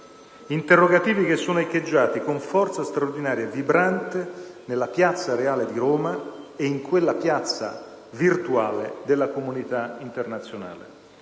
interrogativi, che sono echeggiati con forza straordinaria e vibrante nella piazza reale di Roma e nella piazza virtuale della comunità internazionale;